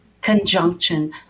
conjunction